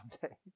someday